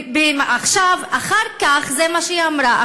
זה מה שהיא אמרה.